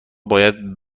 باید